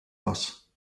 was